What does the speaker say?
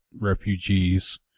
refugees